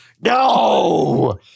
No